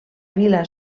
vila